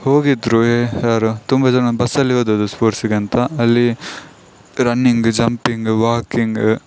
ಹೋಗಿದ್ದರು ಯಾರು ತುಂಬ ಜನ ಬಸ್ಸಲ್ಲಿ ಹೋದದು ಸ್ಪೋರ್ಟ್ಸಿಗೆ ಅಂತ ಅಲ್ಲಿ ರನ್ನಿಂಗ್ ಜಂಪಿಂಗ್ ವಾಕಿಂಗ್